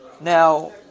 Now